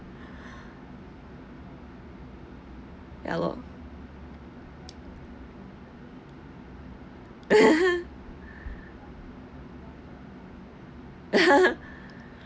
ya lor